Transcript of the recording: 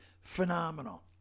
phenomenal